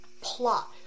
Plot